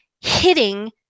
hitting